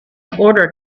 order